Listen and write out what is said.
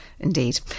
indeed